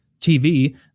TV